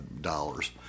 dollars